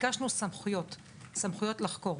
ביקשנו סמכויות לחקור.